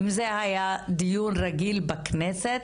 אם זה היה דיון רגיל בכנסת,